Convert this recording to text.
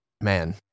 man